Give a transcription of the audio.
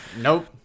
Nope